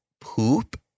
poop